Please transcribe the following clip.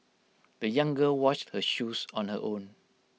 the young girl washed her shoes on her own